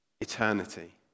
eternity